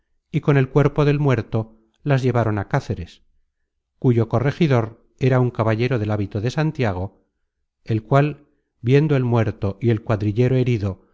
y con el cuerpo del muerto las llevaron á cáceres cuyo corregidor era un caballero del hábito de santiago el cual viendo el muerto y el cuadrillero herido y